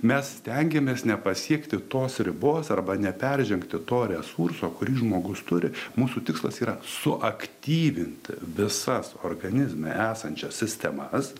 mes stengiamės nepasiekti tos ribos arba neperžengti to resurso kurį žmogus turi mūsų tikslas yra suaktyvinti visas organizme esančias sistemas